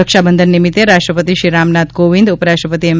રક્ષા બંધન નિમિત્તે રાષ્ટ્રપતિ શ્રી રામનાથ કોવિંદ ઉપરાષ્ટ્રપતિ એમ